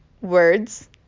words